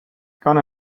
gone